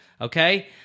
Okay